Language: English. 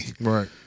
Right